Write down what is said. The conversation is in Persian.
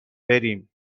بریم